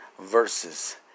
verses